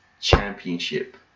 Championship